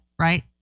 right